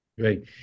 Great